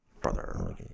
Brother